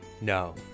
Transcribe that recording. No